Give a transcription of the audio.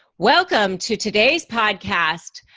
welcome to today's podcast.